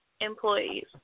employees